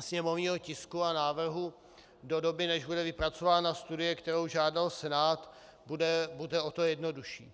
sněmovního tisku a návrhu do doby, než bude vypracována studie, kterou žádal Senát, bude o to jednodušší.